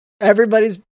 everybody's